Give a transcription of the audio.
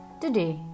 Today